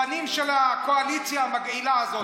הפנים של הקואליציה המגעילה הזאת.